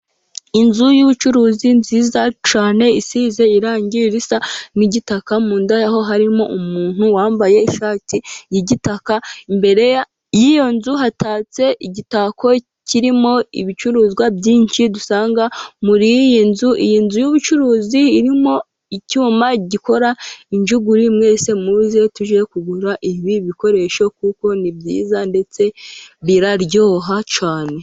Inzu y'ubucuruzi nziza cyane isize irangi risa n'igitaka, mu nda yaho harimo umuntu wambaye ishati y'igitaka, imbere y'iyo nzu hatatse igitako kirimo ibicuruzwa byinshi dusanga muri iyi nzu, iyi nzu y'ubucuruzi irimo icyuma gikora injuguri ,mwese muze tujye kugura ibi bikoresho kuko ni byiza ndetse biraryoha cyane.